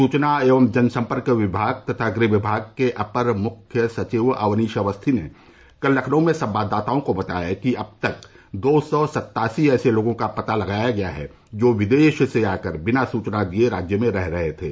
सूचना एवं जनसंपर्क विभाग तथा गृह विभाग के अपर मुख्य सचिव अवनीश अवस्थी ने कल लखनऊ में संवाददाताओं को बताया कि अब तक दो सौ सत्तासी ऐसे लोगों का पता लगाया गया है जो विदेश से आकर बिना सूचना दिए राज्य में रह रहे थे